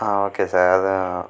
okay sir அதுவும்